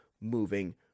moving